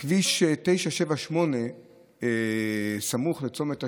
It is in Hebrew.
בכביש 978 סמוך לצומת השריון,